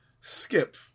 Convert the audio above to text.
Skip